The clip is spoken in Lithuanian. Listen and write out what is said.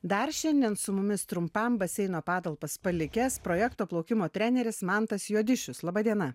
dar šiandien su mumis trumpam baseino patalpas palikęs projekto plaukimo treneris mantas juodišius laba diena